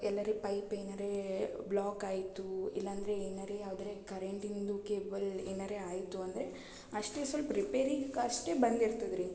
ಎಲ್ಲರೆ ಪೈಪ್ ಏನಾರಿ ಬ್ಲಾಕ್ ಆಯಿತು ಇಲ್ಲಾಂದರೆ ಏನಾರೆ ಯಾವ್ದಾರೆ ಕರೆಂಟಿಂದು ಕೇಬಲ್ ಏನಾರೆ ಆಯಿತು ಅಂದರೆ ಅಷ್ಟೆ ಸೊಲ್ಪ ರಿಪೇರಿಕೆ ಅಷ್ಟೆ ಬಂದಿರ್ತದೆ ರೀ